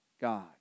God